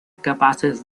capaces